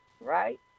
right